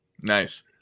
nice